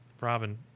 Robin